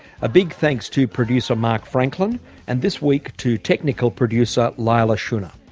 a big thanks to producer mark franklin and this week to technical producer leila shunnar.